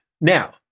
Now